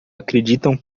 acreditam